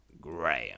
graham